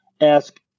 ask